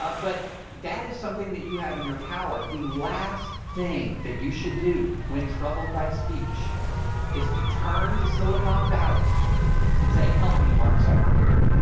but but that is something that you have in your power. the last thing that you should do when troubled by speech is to turn to silicon valley and say, help me, mark zuckerberg,